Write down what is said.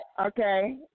Okay